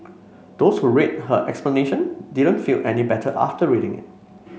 those who read her explanation didn't feel any better after reading it